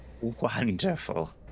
Wonderful